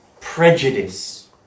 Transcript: Prejudice